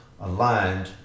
aligned